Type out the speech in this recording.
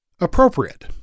appropriate